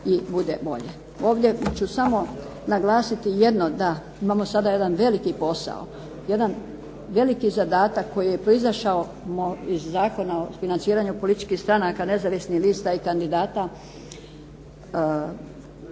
da bude bolje. Ovdje ću samo naglasiti jedno da imamo sada jedan veliki posao, jedan veliki zadatak koji je proizašao iz Zakona o financiranju političkih stranaka, nezavisnih lista i kandidata